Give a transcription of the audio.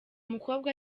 mukobwa